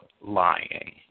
lying